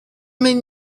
mean